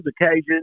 occasions